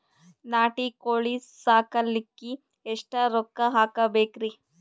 ನಾಟಿ ಕೋಳೀ ಸಾಕಲಿಕ್ಕಿ ಎಷ್ಟ ರೊಕ್ಕ ಹಾಕಬೇಕ್ರಿ?